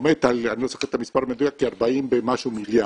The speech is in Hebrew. עומד על כ-40 ומשהו מיליארד,